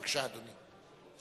בבקשה, אדוני.